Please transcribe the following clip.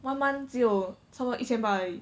one month 只有差不多一千八而已